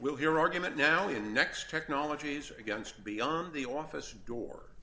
we'll hear argument now in the next technologies against beyond the office door